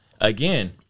again